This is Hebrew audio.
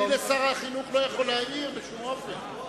לשר החינוך אני לא יכול להעיר בשום אופן,